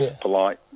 polite